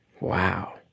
Wow